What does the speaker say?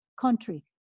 country